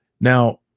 Now